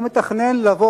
הוא מתכנן לבוא,